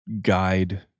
guide